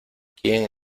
quién